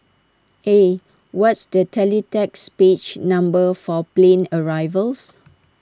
eh what's the teletext page number for plane arrivals